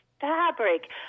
fabric